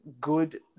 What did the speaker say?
good